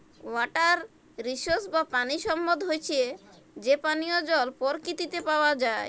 water resources বা পানি সম্পদ হচ্যে যে পানিয় জল পরকিতিতে পাওয়া যায়